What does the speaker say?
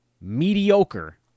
mediocre